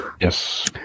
Yes